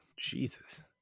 Jesus